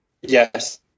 Yes